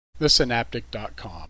TheSynaptic.com